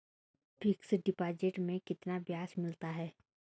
Fix deposit में कितना ब्याज मिलता है?